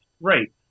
right